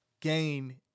gain